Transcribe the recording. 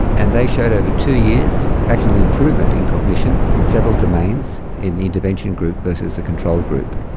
and they showed over two years actually an improvement in cognition in several domains in the intervention group versus the control group.